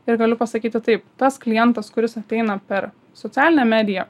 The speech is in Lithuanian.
ir galiu pasakyti taip tas klientas kuris ateina per socialinę mediją